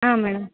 ಹಾಂ ಮೇಡಮ್